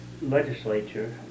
legislature